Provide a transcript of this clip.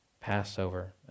Passover